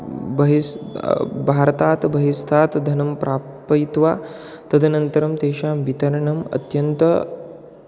बहिः भारतात् बहिस्थात् धनं प्रापयित्वा तदनन्तरं तेषां वितरणम् अत्यन्तं